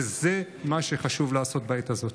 וזה מה שחשוב לעשות בעת הזאת.